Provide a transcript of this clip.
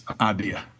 idea